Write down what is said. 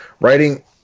writing